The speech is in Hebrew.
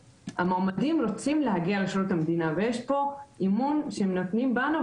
המועמדים רוצים להגיע לשירות המדינה ויש פה אמון שהם נותנים בנו,